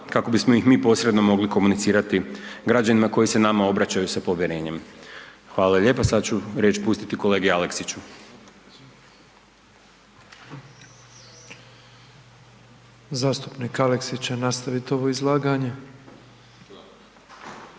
kako bismo ih mi posredno mogli komunicirati građanima koji se nama obraćaju sa povjerenjem. Hvala lijepo. Sad ću riječ pustiti kolegi Aleksiću. **Petrov, Božo (MOST)** Zastupnik Aleksić će nastavit ovo izlaganje.